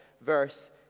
verse